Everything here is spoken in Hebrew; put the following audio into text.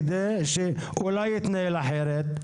כדי שאולי הוא יתנהל אחרת.